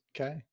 Okay